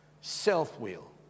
Self-will